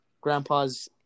grandpa's